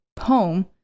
home